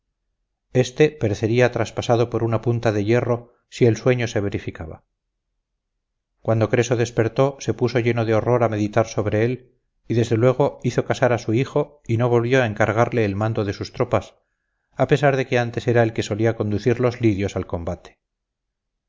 este perecería traspasado con una punta de hierro si el sueño se verificaba cuando creso despertó se puso lleno de horror a meditar sobre él y desde luego hizo casar a su hijo y no volvió a encargarle el mando de sus tropas a pesar de que antes era el que solía conducir los lidios al combate